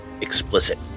explicit